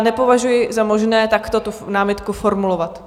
Nepovažuji za možné takto tu námitku formulovat.